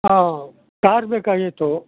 ಹಾಂ ಯಾರು ಬೇಕಾಗಿತ್ತು